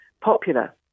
popular